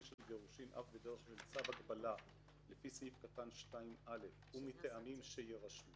של גירושין אף בדרך של צו הגבלה לפי סעיף קטן 2(א) ומטעמים שיירשמו,